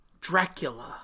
Dracula